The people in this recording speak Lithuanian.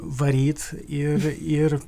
varyt ir ir